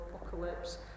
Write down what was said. apocalypse